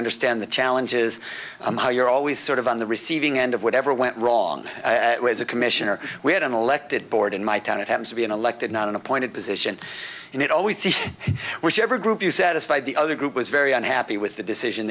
understand the challenges and how you're always sort of on the receiving end of whatever went wrong as a commissioner we had an elected board in my town it happens to be an elected not an appointed position and it always see which ever group you satisfy the other group was very unhappy with the decision